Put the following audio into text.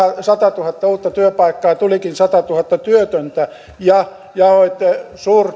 satatuhatta uutta työpaikkaa ja tulikin satatuhatta työtöntä jaoitte